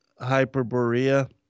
Hyperborea